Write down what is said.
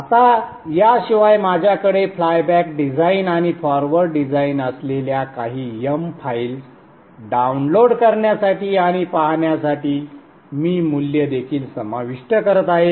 आता याशिवाय माझ्याकडे फ्लायबॅक डिझाइन आणि फॉरवर्ड डिझाइन्स असलेल्या काही m फाईल्स डाउनलोड करण्यासाठी आणि पाहण्यासाठी मी मूल्य देखील समाविष्ट करत आहे